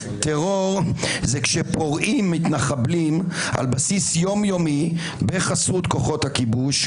טרור זה כשפורעים מתנחבלים על בסיס יומיומי בחסות כוחות הכיבוש,